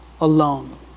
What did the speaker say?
alone